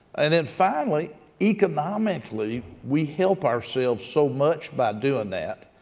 and then finally economically we help ourselves so much by doing that,